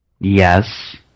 Yes